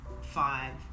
five